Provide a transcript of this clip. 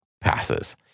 passes